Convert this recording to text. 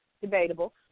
debatable